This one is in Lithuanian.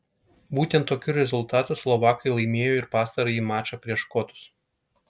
būtent tokiu rezultatu slovakai laimėjo ir pastarąjį mačą prieš škotus